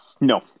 No